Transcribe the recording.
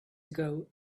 ago